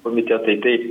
komitetai tai